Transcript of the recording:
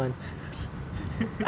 really meh